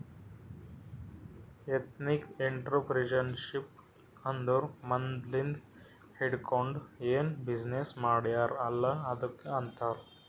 ethnic entrepreneurship ಅಂದುರ್ ಮದ್ಲಿಂದ್ ಹಿಡ್ಕೊಂಡ್ ಏನ್ ಬಿಸಿನ್ನೆಸ್ ಮಾಡ್ಯಾರ್ ಅಲ್ಲ ಅದ್ದುಕ್ ಆಂತಾರ್